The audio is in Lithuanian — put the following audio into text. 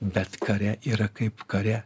bet kare yra kaip kare